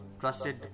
trusted